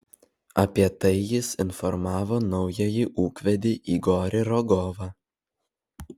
apie tai jis informavo naująjį ūkvedį igorį rogovą